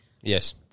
Yes